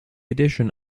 addition